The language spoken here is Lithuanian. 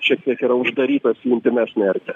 šiek tiek ir uždarytas į intymesnę erdvę